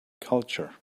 culture